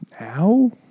now